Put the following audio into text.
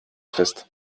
fest